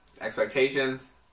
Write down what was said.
expectations